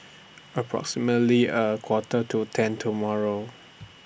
approximately A Quarter to ten tomorrow